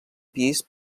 pis